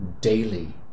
daily